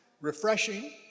Refreshing